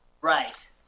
Right